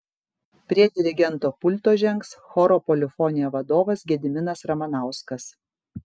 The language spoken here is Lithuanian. prie dirigento pulto žengs choro polifonija vadovas gediminas ramanauskas